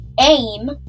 AIM